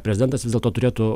prezidentas vis dėlto turėtų